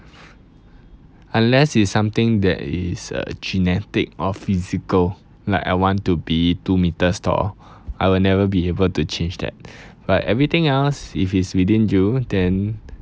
unless it's something that is uh genetic or physical like I want to be two metres tall I will never be able to change that but everything else if it's within you then